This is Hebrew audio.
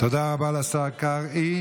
תודה רבה לשר קרעי.